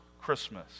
Christmas